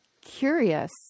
curious